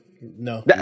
No